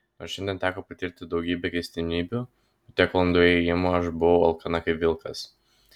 nors šiandien teko patirti daugybę keistenybių po tiek valandų ėjimo aš buvau alkana kaip vilkas